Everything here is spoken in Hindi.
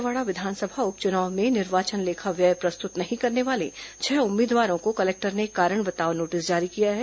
दंतेवाड़ा विधानसभा उप चुनाव में निर्वाचन लेखा व्यय प्रस्तुत नहीं करने वाले छह उम्मीदवारों को कलेक्टर ने कारण बताओ नोटिस जारी किया है